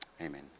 Amen